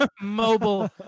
Mobile